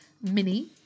mini